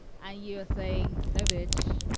ah yeah saying no, bitch?